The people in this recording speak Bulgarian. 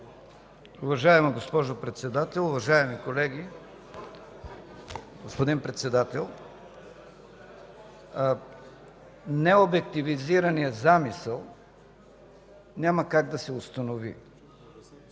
Уважаема госпожо Председател, уважаеми колеги! Господин Председател, необективизираният замисъл няма как да се установи.